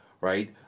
right